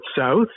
south